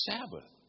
Sabbath